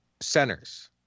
centers